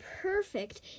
perfect